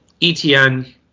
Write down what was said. ETN